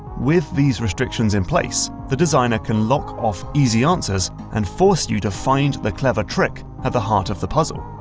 with these restrictions in place, the designer can lock off easy answers and force you to find the clever trick at the heart of the puzzle.